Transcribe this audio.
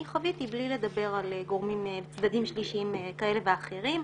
חוויתי בלי לדבר על צדדים שלישיים כאלה ואחרים.